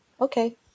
okay